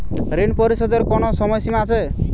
ঋণ পরিশোধের কোনো সময় সীমা আছে?